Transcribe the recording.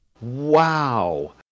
wow